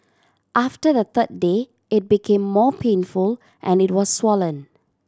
after the third day it became more painful and it was swollen